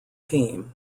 team